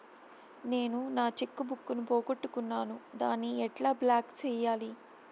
నేను నా cheque book ను పోగొట్టుకున్నాను దాన్ని ఎట్లా బ్లాక్ సేయాలి?